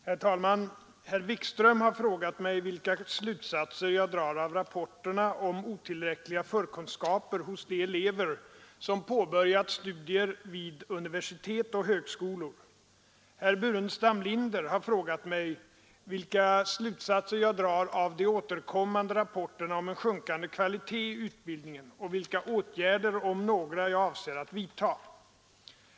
Herr talman! Herr Wikström har frågat mig vilka slutsatser jag drar av rapporterna om otillräckliga förkunskaper hos de elever som påbörjar studier vid universitet och högskolor. Herr Burenstam Linder har frågat mig, vilka slutsatser jag drar av de återkommande rapporterna om en sjunkande kvalitet i utbildningen och vilka åtgärder, om några, jag avser att vidtaga.